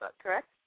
correct